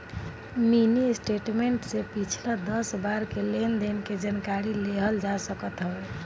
mini statement से पिछला दस बार के लेनदेन के जानकारी लेहल जा सकत हवे